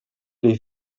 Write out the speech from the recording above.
dei